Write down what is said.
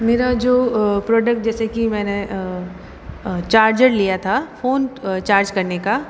मेरा जो प्रोडक्ट जैसे कि मैंने चार्जर लिया था फ़ोन चार्ज करने का